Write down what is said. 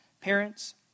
parents